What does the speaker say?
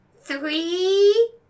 Three